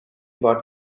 bought